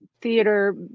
theater